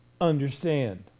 understand